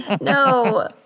No